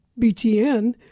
BTN